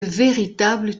véritable